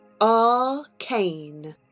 Arcane